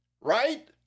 right